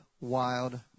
wild